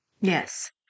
Yes